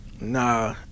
Nah